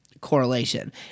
correlation